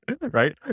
Right